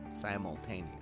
Simultaneous